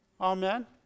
amen